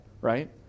right